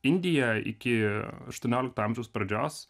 indiją iki aštuoniolikto amžiaus pradžios